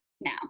now